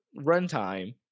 runtime